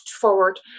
forward